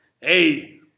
Hey